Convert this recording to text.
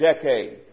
decade